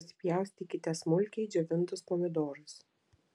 susipjaustykite smulkiai džiovintus pomidorus